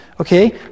okay